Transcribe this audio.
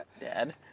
Dad